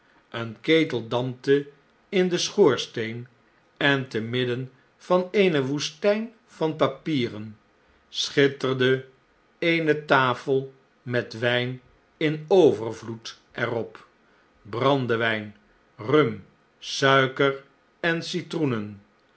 ben ketel dampte in den schoorsteen en te midden van eene woestjjn van papieren schitterde eene tafel met wijn in overvloed er op brandewijn rum suiker en citroenen